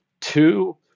Two